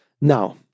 Now